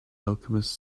alchemist